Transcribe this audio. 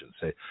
Say